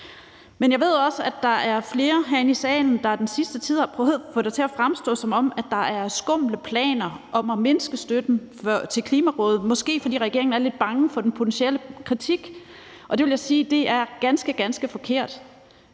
Men jeg ved også, at der er flere herinde i salen, der den sidste tid har prøvet at få det til at fremstå, som om der er skumle planer om at mindske støtten til Klimarådet – måske fordi regeringen er lidt bange for den potentielle kritik. Til det vil jeg sige, at det er ganske, ganske forkert.